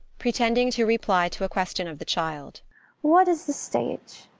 pretending to reply to a question of the child what is the stage?